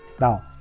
Now